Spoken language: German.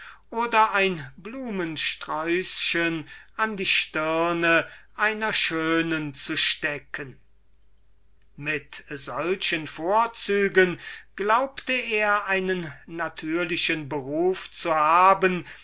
oder ein blumensträußchen an die stirne einer dame zu stecken bei solchen vorzügen glaubte er einen natürlichen beruf zu haben